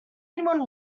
anyone